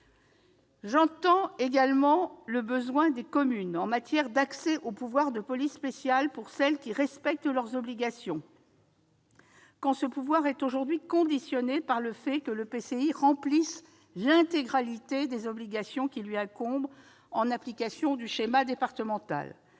J'entends également le besoin des communes d'accéder au pouvoir de police spéciale lorsqu'elles respectent leurs obligations, alors que ce pouvoir est aujourd'hui conditionné par le fait que l'EPCI remplisse l'intégralité des obligations qui lui incombent en application du schéma départemental.